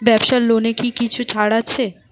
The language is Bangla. ব্যাবসার লোনে কি কিছু ছাড় আছে?